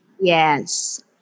Yes